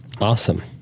Awesome